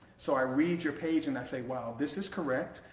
so i read your page and i say wow this is correct,